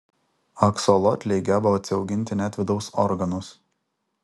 aksolotliai geba atsiauginti net vidaus organus